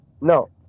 No